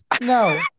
No